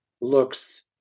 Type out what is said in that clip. looks